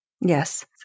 Yes